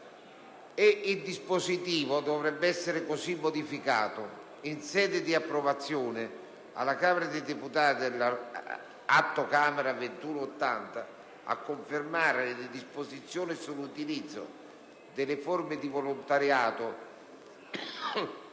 il dispositivo dovrebbe essere così modificato: «in sede di approvazione, alla Camera dei deputati, dell'AC 2180, a confermare le disposizioni sull'utilizzo delle forme di volontariato